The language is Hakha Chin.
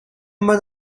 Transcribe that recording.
man